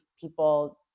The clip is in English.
people